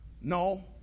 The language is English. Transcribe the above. No